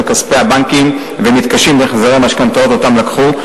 כספי בנקים ומתקשים בהחזרי המשכנתאות שלקחו,